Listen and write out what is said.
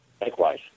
Likewise